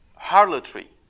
Harlotry